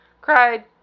cried